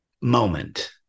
moment